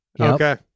Okay